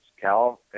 Cal